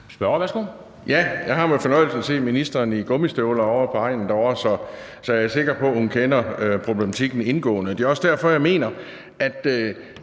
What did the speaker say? Ja, jeg har med fornøjelse set ministeren i gummistøvler ovre på egnen, så jeg er sikker på, at hun kender problematikken indgående. Det er også derfor, jeg mener, at